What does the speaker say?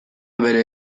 bere